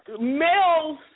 Males